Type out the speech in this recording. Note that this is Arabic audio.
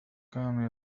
كانوا